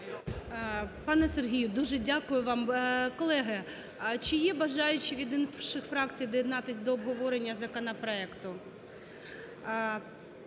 Пане, Сергію, дуже дякую вам. Колеги, а чи є бажаючі від інших фракцій доєднатися до обговорення законопроекту?